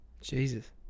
Jesus